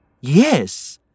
yes